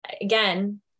again